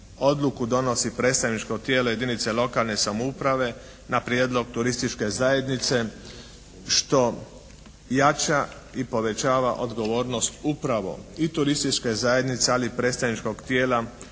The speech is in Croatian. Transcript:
odluku donosi predstavničko tijelo jedinice lokalne samouprave na prijedlog turističke zajednice što jača i povećava odgovornost upravo i turističke zajednice, ali i predstavničkog tijela